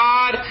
God